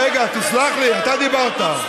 רגע, תסלח לי, אתה דיברת.